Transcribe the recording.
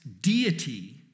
deity